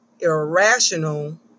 irrational